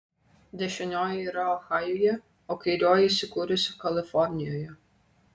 dešinioji yra ohajuje o kairioji įsikūrusi kalifornijoje